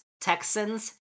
Texans